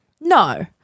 No